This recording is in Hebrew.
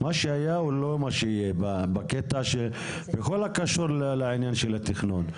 מה שהיה הוא לא מה שיהיה בכל הקשור לעניין התכנון.